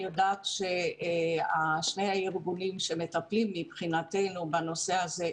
אני יודעת ששני הארגונים שמטפלים מבחינתנו בנושא הזה,